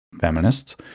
feminists